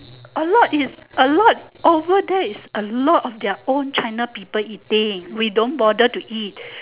a lot is a lot over there is a lot their own china people eating them we don't bother to eat